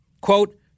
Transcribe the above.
quote